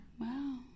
Wow